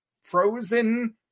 frozen